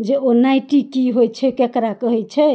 जे ओ नाइटी की होइ छै ककरा कहै छै